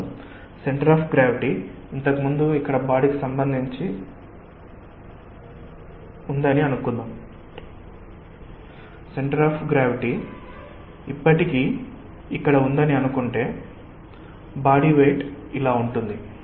కాబట్టి centre of gravity ఇంతకు ముందు ఇక్కడ బాడీకి సంబంధించి అని అనుకుందాం సెంటర్ ఆఫ్ గ్రావిటీ ఇప్పటికీ ఇక్కడ ఉందని అనుకుంటే కాబట్టి బాడి వెయిట్ ఇలా ఉంటుంది